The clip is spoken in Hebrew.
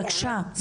בבקשה,